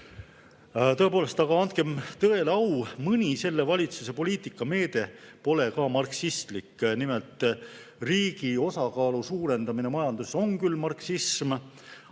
Tõepoolest, andkem tõele au, mõni selle valitsuse poliitikameede pole marksistlik. Nimelt, riigi osakaalu suurendamine majanduses on küll marksism,